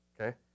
Okay